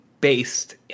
based